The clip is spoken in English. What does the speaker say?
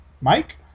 Mike